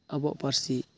ᱟᱵᱚᱣᱟᱜ ᱯᱟᱹᱨᱥᱤ